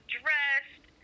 dressed